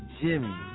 Jimmy